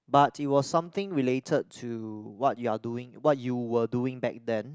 but it was something related to what you are doing what you will doing back then